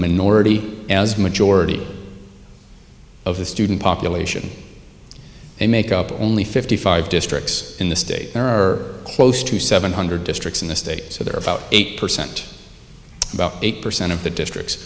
minority as majority of the student population they make up only fifty five districts in the state there are close to seven hundred districts in the state so they're about eight percent about eight percent of the districts